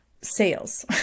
sales